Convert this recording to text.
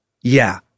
Yeah